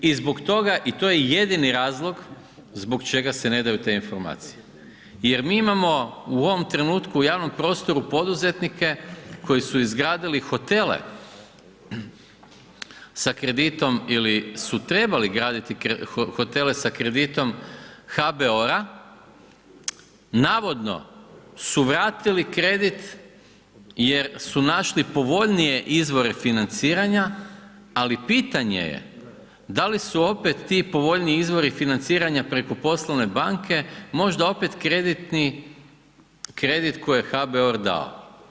I zbog toga i to je jedini razlog zbog čega se ne daju te informacije jer mi imamo u ovome trenutku u javnom prostoru u javnom prostoru poduzetnike koji su izgradili hotele sa kreditom ili su trebali graditi hotele sa kreditom HBOR-a, navodno su vratili kredit jer su našli povoljnije izvore financiranja ali pitanje je da li su opet ti povoljniji izvori financiranja preko poslovne banke možda opet kredit koji je HBOR dao.